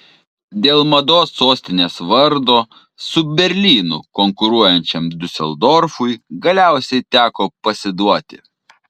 dėl mados sostinės vardo su berlynu konkuruojančiam diuseldorfui galiausiai teko pasiduoti